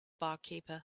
barkeeper